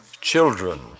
Children